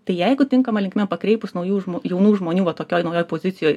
tai jeigu tinkama linkme pakreipus naujų jaunų žmonių va tokioj naujoj pozicijoj